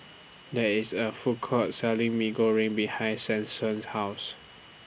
There IS A Food Court Selling Mee Goreng behind Stetson's House